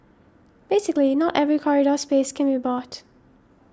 basically not every corridor space can be bought